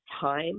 time